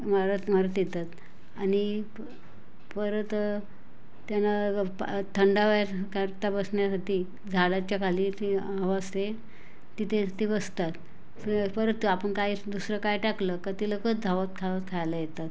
मारत मारत येतात आणि प परत त्यांना प थंडाव्याकरता बसण्यासाठी झाडांच्या खाली ती हवा असते तिथेच ते बसतात तर परत आपूण काही दुसरं काही टाकलं का ते लगेच धावत खावत खायला येतात